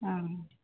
অঁ